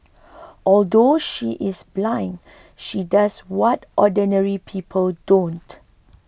although she is blind she does what ordinary people don't